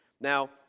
Now